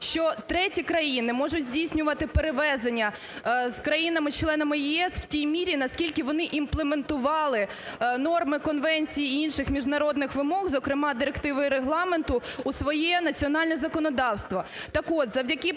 що треті країни можуть здійснювати перевезення з країнами-членами ЄС в тій мірі, наскільки вони імплементували норми конвенції і інших міжнародних вимог, зокрема Директив і Регламенту, у своє національне законодавство.